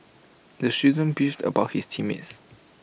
the student beefed about his team mates